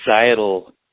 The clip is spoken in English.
societal